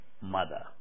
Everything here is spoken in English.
Mother